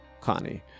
Connie